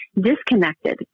disconnected